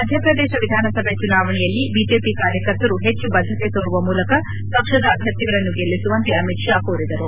ಮಧ್ಯಪ್ರದೇಶ ವಿಧಾನಸಭೆ ಚುನಾವಣೆಯಲ್ಲಿ ಬಿಜೆಪಿ ಕಾರ್ಯಕರ್ತರು ಹೆಚ್ಚು ಬದ್ದತೆ ತೋರುವ ಮೂಲಕ ಪಕ್ಷದ ಅಭ್ಯರ್ಥಿಗಳನನ್ನು ಗೆಲ್ಲಿಸುವಂತೆ ಅಮಿತ್ ಶಾ ಕೋರಿದರು